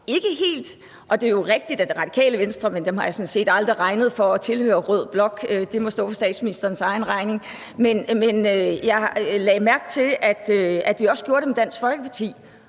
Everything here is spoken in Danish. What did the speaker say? Venstre er jo rigtigt – men dem har jeg sådan set aldrig regnet for at tilhøre rød blok, det må stå for statsministerens egen regning – men jeg lagde mærke til, at vi også gjorde det med Dansk Folkeparti,